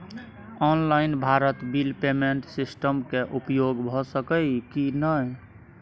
Online Bharat bill payment system के उपयोग भ सके इ की नय?